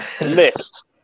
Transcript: List